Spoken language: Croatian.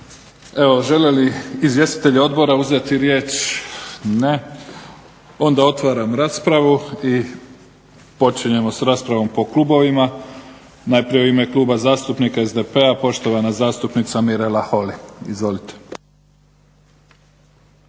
žele li izvjestitelji odbora uzeti riječ? Ne. Onda otvaram raspravu i počinjemo s raspravom po klubovima. Najprije u ime Kluba zastupnika SDP-a poštovana zastupnica Mirela Holy. Izvolite.